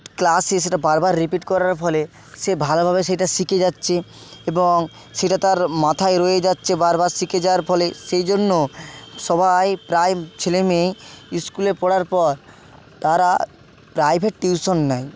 ক্লাসে সেটা বারবার রিপিট করার ফলে সে ভালোভাবে সেটা শিখে যাচ্ছে এবং সেটা তার মাথায় রয়ে যাচ্ছে বারবার শিখে যাওয়ার ফলে সেই জন্য সবাই প্রায় ছেলেমেয়েই স্কুলে পড়ার পর তারা প্রাইভেট টিউশন নেয়